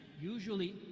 Usually